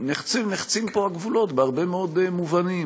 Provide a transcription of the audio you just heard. שנחצים פה גבולות בהרבה מאוד מובנים.